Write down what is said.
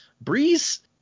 Breeze